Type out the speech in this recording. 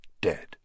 dead